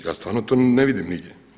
Ja stvarno to ne vidim nigdje.